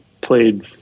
played